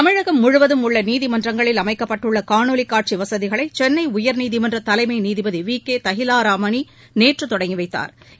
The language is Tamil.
தமிழகம் முழுவதும் உள்ள நீதிமன்றங்களில் அமைக்கப்பட்டுள்ள காணொலி காட்சி வசதிகளை சென்னை உயா்நீதிமன்ற தலைமை நீதிபதி வி கே தஹிலராமாணீ நேற்று தொடங்கி வைத்தாா்